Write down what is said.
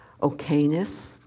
Okayness